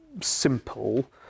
simple